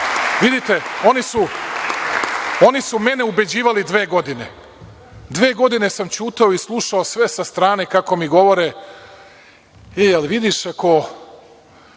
Vidite, oni su mene ubeđivali dve godine. dve godine sam ćutao i slušao sve sa strane kako mi govore – jel vidiš, ako